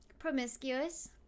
promiscuous